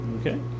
Okay